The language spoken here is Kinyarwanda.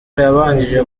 yabashije